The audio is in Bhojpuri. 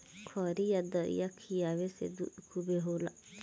खरी आ दरिया खिआवे से दूध खूबे होला